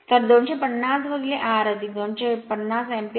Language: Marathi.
तर 250 R 250 अँपिअर